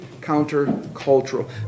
counter-cultural